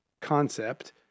concept